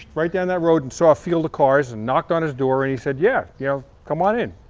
right down that road and saw a field of cars and knocked on his door and he said, yeah yeah, come on in.